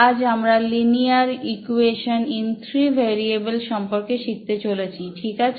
আজ আমরা linear equation in three variable এর সম্পর্কে শিখতে চলেছি ঠিক আছে